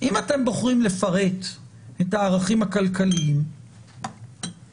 אם אתם בוחרים לפרט את הערכים הכלכליים איפה